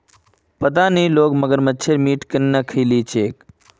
पता नी लोग मगरमच्छेर मीट केन न खइ ली छेक